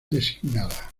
designada